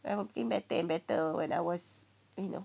we're looking better and better when I was you know